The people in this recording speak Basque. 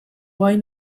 gai